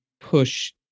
push